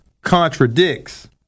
contradicts